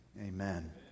amen